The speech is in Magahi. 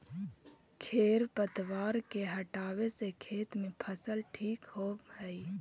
खेर पतवार के हटावे से खेत में फसल ठीक होबऽ हई